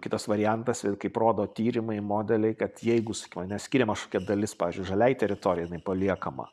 kitas variantas kaip rodo tyrimai modeliai kad jeigu sakykim ane skiriama kažkokia dalis pavyzdžiui žaliai teritorijai paliekama